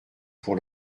pour